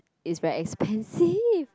it's very expensive